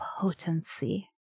potency